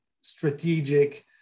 strategic